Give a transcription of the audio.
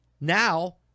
now